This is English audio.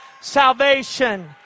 Salvation